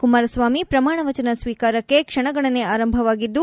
ಕುಮಾರಸ್ವಾಮಿ ಪ್ರಮಾಣವಚನ ಸ್ವೀಕಾರಕ್ಕೆ ಕ್ಷಣಗಣನೆ ಆರಂಭವಾಗಿದ್ದು